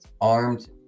armed